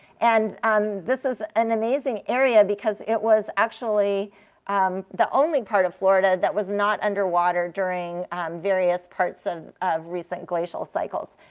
and um this is an amazing area because it was actually the only part of florida that was not underwater during various parts and of recent glacial cycles.